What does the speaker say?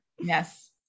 Yes